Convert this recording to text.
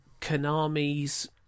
Konami's